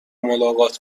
ملاقات